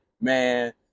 man